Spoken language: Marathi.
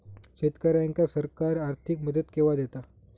शेतकऱ्यांका सरकार आर्थिक मदत केवा दिता?